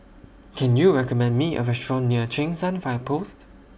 Can YOU recommend Me A Restaurant near Cheng San Fire Post